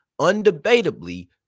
undebatably